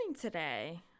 today